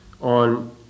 on